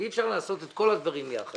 אי אפשר לעשות את כל הדברים יחד.